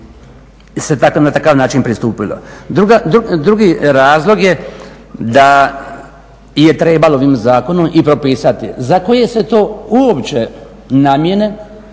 se na takav način pristupilo. Drugi razlog je da je trebalo ovim zakonom i propisati za koje se to uopće namjene